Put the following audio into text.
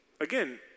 Again